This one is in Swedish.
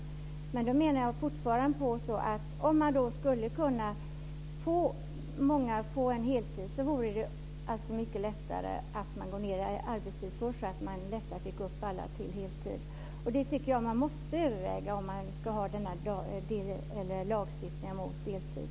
Om många fler skulle kunna få heltid vore det mycket lättare att gå ned i arbetstid, förutsatt att alla lättare först kunde gå upp till heltid. Det tycker jag man måste överväga om man ska ha en lagstiftning mot deltid.